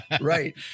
Right